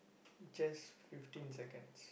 just fifteen seconds